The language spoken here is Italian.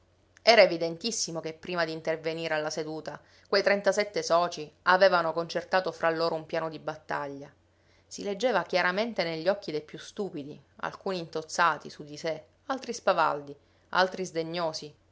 era evidentissimo che prima di intervenire alla seduta quei trentasette socii avevano concertato fra loro un piano di battaglia si leggeva chiaramente negli occhi dei più stupidi alcuni intozzati su di sé altri spavaldi altri sdegnosi